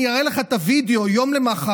אני אראה לך את הווידיאו: יום למוחרת,